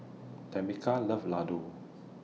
Tamica loves Ladoo